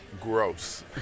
Gross